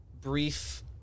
Brief